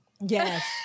Yes